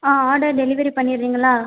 ah order delivery பண்ணிடுறிங்களா